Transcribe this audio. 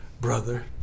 brother